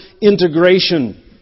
integration